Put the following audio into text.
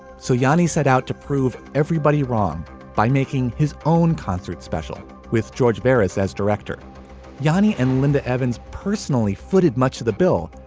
so johnny set out to prove everybody wrong by making his own concert special with george barris as director johnny and linda evans personally footed much of the bill,